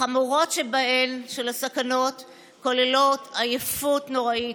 החמורות שבסכנות הן עייפות נוראית,